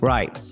Right